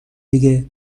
دیگه